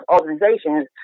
organizations